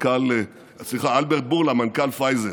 מנכ"ל פייזר.